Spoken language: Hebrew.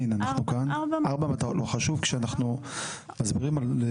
חשוב כשאנחנו מסבירים.